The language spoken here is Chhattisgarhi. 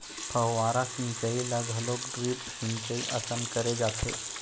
फव्हारा सिंचई ल घलोक ड्रिप सिंचई असन करे जाथे